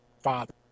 father